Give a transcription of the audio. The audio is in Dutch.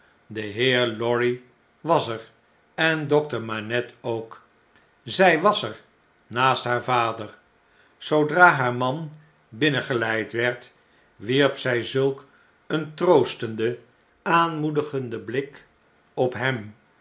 de heer lorry was er en dokter manette ook zjj was er naast haar vader zoodra haar man binnengeleid werd wierp zjj zulk een troostenden aanmoedigenden blik op hem